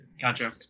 Gotcha